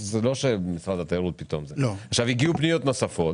הגיעו פניות נוספות